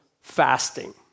fasting